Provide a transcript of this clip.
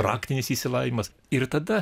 raktinis išsilavinimas ir tada